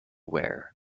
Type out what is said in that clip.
wear